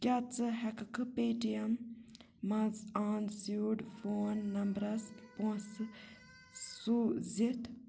کیٛاہ ژٕ ہٮ۪ککھہٕ پے ٹی اٮ۪م منٛز آن سیوٗڈ فون نمبرَس پونٛسہٕ سوٗزِتھ